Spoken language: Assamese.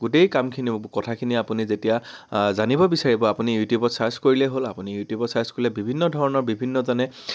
গোটেই কামখিনি ও কথাখিনি আপুনি যেতিয়া জানিব বিচাৰিব আপুনি ইউটিউবত চাৰ্ছ কৰিলেই হ'ল আপুনি ইউটিউবত চাৰ্ছ কৰিলে বিভিন্ন ধৰণৰ বিভিন্নজনে